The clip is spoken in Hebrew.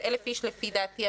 זה 1,000 איש לפי דעתי,